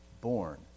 born